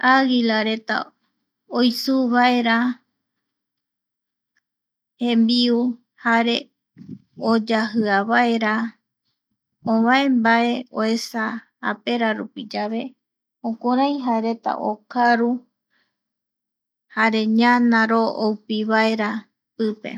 Aguilareta, oisuu vaera (pausa) jembiu jare ,oyajia vaera, ovae mbae oesa japerarupiyave jokurai jaereta okaru, jare ñanaro oupivaera.